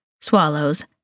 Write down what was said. swallows